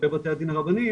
כלפי בתי הדין הרבניים,